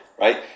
Right